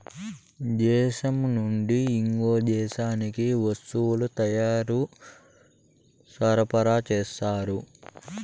దేశం నుండి ఇంకో దేశానికి వస్తువుల తయారీ సరఫరా చేస్తారు